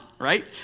right